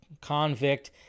convict